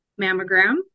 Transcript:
mammogram